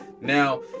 Now